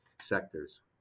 sectors